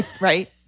right